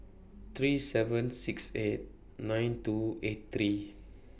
three seven six eight nine two eight three